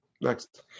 Next